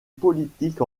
politique